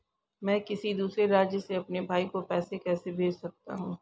मैं किसी दूसरे राज्य से अपने भाई को पैसे कैसे भेज सकता हूं?